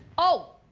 oh!